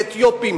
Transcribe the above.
לאתיופים,